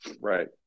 right